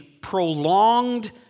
prolonged